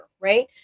right